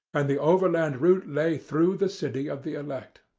and the overland route lay through the city of the elect.